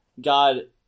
God